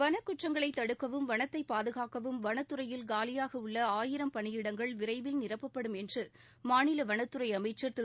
வனக்குற்றங்களைத் தடுக்கவும் வனத்தைப் பாதுகாக்கவும் வனத்துறையில் காலியாகவுள்ள ஆயிரம் பணியிடங்கள் விரைவில் நிரப்பப்படும் என்று மாநில வனத்துறை அமைச்சர் திரு